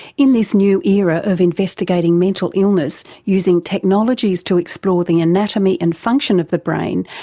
in this new era of investigating mental illness using technologies to explore the anatomy and function of the brain,